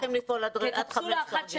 כקפסולה אחת,